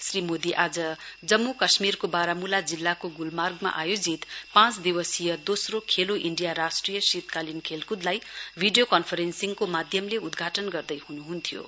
श्री मोदी आज जम्मू कश्मीरके बारामूला जिल्लाको गुलमार्गमा आयोजित पाँच दिवसीय दोस्रो खेलो इण्डिया राष्ट्रिय शीतकालीन खेलकुदलाई भिडियो कन्फरेन्सिङको माध्यमले उद्घाटन गर्दैहुनुहुन्थ्यो